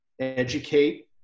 educate